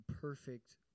perfect